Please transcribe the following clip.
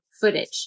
footage